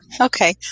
Okay